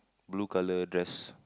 blue color dress